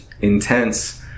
intense